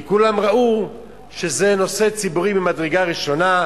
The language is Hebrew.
כי כולם ראו שזה נושא ציבורי ממדרגה ראשונה,